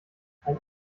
ein